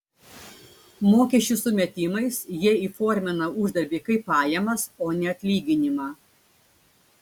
mokesčių sumetimais jie įformina uždarbį kaip pajamas o ne atlyginimą